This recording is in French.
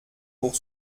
pour